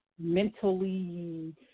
mentally